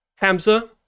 Hamza